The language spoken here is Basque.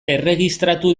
erregistratu